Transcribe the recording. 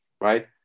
right